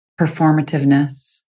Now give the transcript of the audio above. performativeness